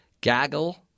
gaggle